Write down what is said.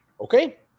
Okay